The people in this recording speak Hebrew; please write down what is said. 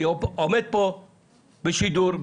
עומד פה בשידור,